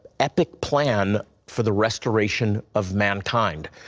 epic plan for the restoration of mankind.